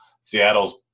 Seattle's –